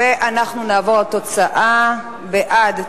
ואנחנו נעבור לתוצאה: בעד,